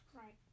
Right